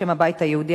בשם הבית היהודי,